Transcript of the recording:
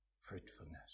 Fruitfulness